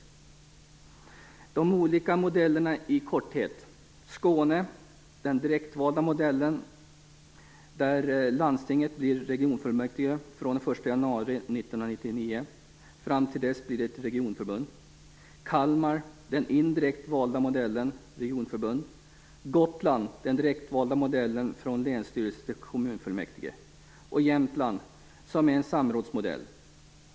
Låt mig nämna de olika modellerna i korthet. I Skåne kommer det att vara den direktvalda modellen där landstinget blir regionfullmäktige från den 1 januari 1999. Fram till dess blir det ett regionförbund. I Kalmar kommer man att använda den indirekt valda modellen - regionförbund. På Gotland kommer man att ha den direktvalda modellen från länsstyrelse till kommunfullmäktige. I Jämtland blir det en samrådsmodell.